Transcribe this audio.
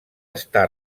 està